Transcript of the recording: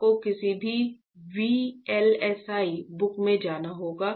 आपको किसी भी VLSI बुक में जाना होगा